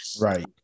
Right